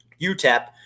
UTEP